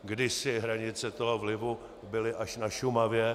Kdysi hranice toho vlivu byly až na Šumavě.